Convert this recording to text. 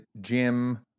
Jim